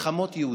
מלחמות יהודים.